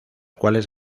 cuales